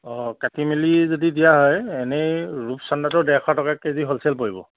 অঁ কাটি মেলি যদি দিয়া হয় এনেই ৰূপচন্দাটোৰ ডেৰশ টকা কেজি হ'লছেল পৰিব